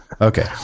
Okay